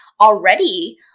already